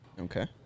Okay